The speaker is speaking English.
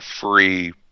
free